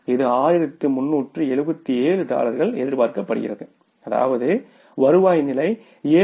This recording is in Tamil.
இது 1377 டாலர்கள் எதிர்பார்க்கப்படுகிறது அதாவது வருவாய் நிலை 7